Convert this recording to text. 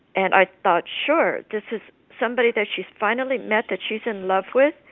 and i thought sure, this is somebody that she's finally met that she's in love with,